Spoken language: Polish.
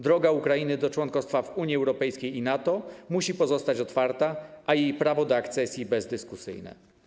Droga Ukrainy do członkostwa w Unii Europejskiej i NATO musi pozostać otwarta, a jej prawo do akcesji jest bezdyskusyjne.